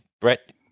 Brett